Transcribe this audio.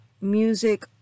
music